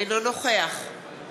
אינו נוכח מנואל טרכטנברג,